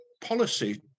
policy